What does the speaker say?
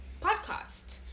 podcast